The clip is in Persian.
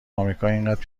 امریکااینقدر